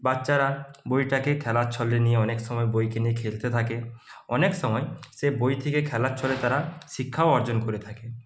বাচ্চারা বইটাকে খেলার ছলে নিয়ে অনেক সময় বইকে নিয়ে খেলতে থাকে অনেক সময় সে বই থেকে খেলার ছলে তারা শিক্ষাও অর্জন করে থাকে